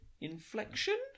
inflection